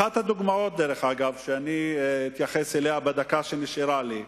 אחת הדוגמאות, שאני אתייחס אליה בדקה שנשארה לי: